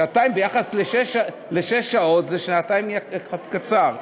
שעתיים, ביחס לשש שעות, שעתיים זה קצר.